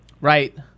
Right